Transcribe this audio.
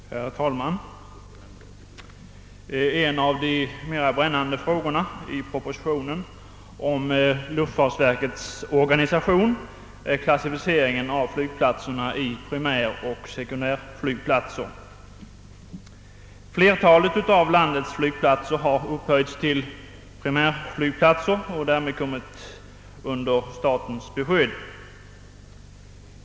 Herr talman! En av de mera brännande frågorna i propositionen om luftfartsverkets organisation är klassificeringen av flygplatserna i primäroch sekundärflygplatser. Flertalet av landets flygplatser har upphöjts till primärflygplatser och därmed kommit under statens beskydd.